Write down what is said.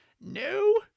No